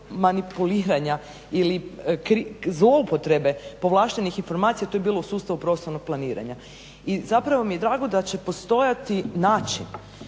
manipuliranja ili zloupotrebe povlaštenih informacija to je bilo u sustavu prostornog planiranja. I zapravo mi je drago da će postojati način